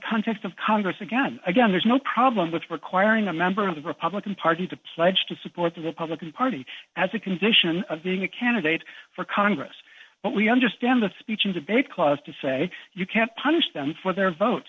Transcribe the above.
context of congress again again there's no problem with requiring a member of the republican party to pledge to support the republican party as a condition of being a candidate for congress but we understand that speech and debate clause to say you can't punish them for their vote